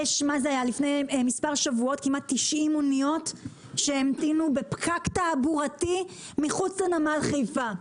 לפני מספר שבועות כמעט 90 אניות המתינו בפקק תעבורתי מחוץ לנמל חיפה.